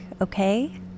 okay